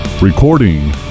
Recording